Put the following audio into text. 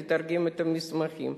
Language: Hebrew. לתרגם את המסמכים.